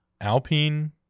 Alpine